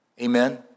Amen